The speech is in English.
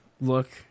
look